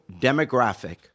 demographic